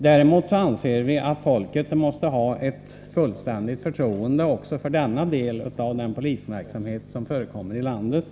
Däremot anser vi att folket måste ha ett fullständigt förtroende också för denna del av polisverksamheten i landet.